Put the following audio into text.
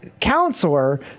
counselor